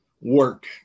work